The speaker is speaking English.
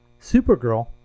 Supergirl